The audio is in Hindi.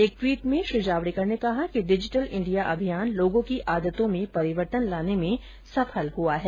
एक टवीट में प्रकाश जावडेकर ने कहा कि डिजिटल इंडिया अभियान लोगों की आदतों में परिवर्तन लाने में सफल हुआ है